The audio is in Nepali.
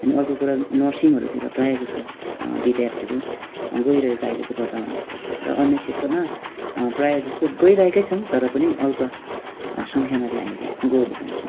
अनि अर्को कुरा नर्सिङहरूतिर प्रायःजसो विद्यार्थीहरू गइरहेको अहिलेको वर्तमान अवस्था छ र अन्य क्षेत्रमा प्रायःजसो गइरहेकै छन् तर पनि अल्प सङ्ख्यामा चाहिँ हामीले गएको पाउँछौँँ